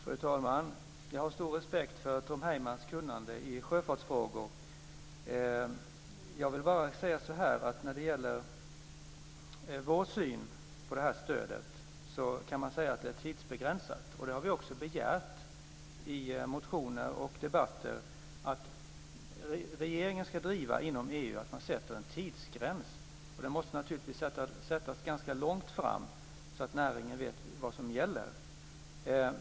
Fru talman! Jag har stor respekt för Tom Heymans kunnande i sjöfartsfrågor. När det gäller vår syn på det här stödet kan man säga att det är tidsbegränsat. Vi har också begärt i motioner och debatter att regeringen inom EU ska driva att man sätter en tidsgräns. Den måste naturligtvis sättas ganska långt fram så att näringen vet vad som gäller.